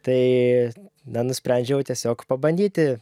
tai na nusprendžiau tiesiog pabandyti